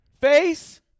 Face